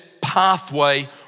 pathway